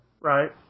right